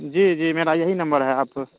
جی جی میرا یہی نمبر ہے آپ